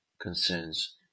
Concerns